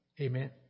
Amen